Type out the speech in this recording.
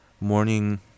morning